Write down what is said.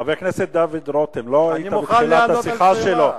חבר הכנסת דוד רותם, לא היית בתחילת השיחה שלו.